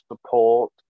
support